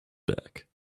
back